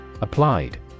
Applied